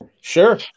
sure